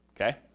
okay